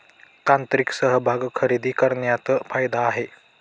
तांत्रिक समभाग खरेदी करण्यात फायदा आहे